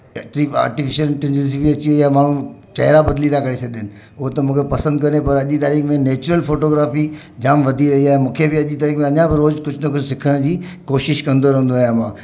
ट्रीफ artificial intelligence बि अची वई आहे माण्हू चहिरा बदिली था करी सघनि उहो त मूंखे पसंदि कोन्हे पर अॼु जी तारीख़ में नेचुरल फोटोग्राफी जाम वधी वई आहे मूंखे बि अॼु ई तारीख़ में अञा पोइ कुझु न कुझु सिखण जी कोशिशि कंदो रहंदो आहियां मां